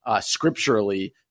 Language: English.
scripturally